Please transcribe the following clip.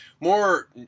more